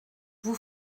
vous